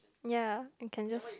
ya you can just